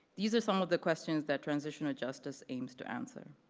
these are some of the questions that transitional justice aims to answer.